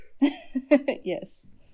Yes